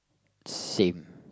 same